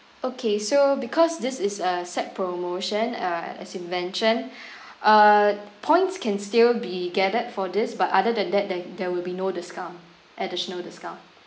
okay so because this is a set promotion uh as it's mentioned uh points can still be gathered for this but other than that there there will be no discount additional discount